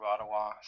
Ottawa